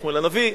שמואל-הנביא.